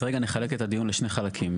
אז נחלק את הדיון לשני חלקים.